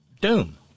doom